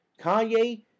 Kanye